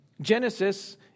Genesis